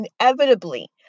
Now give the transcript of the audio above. inevitably